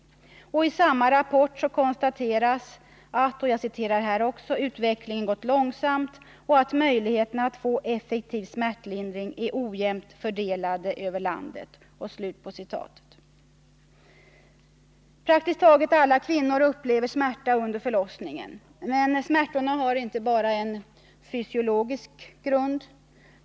I samma rapport konstateras att ”utvecklingen gått långsamt och att möjligheterna att få effektiv smärtlindring är ojämnt fördelade över landet”. Praktiskt taget alla kvinnor upplever smärta under förlossningen. Men smärtorna har inte bara en fysiologisk grund.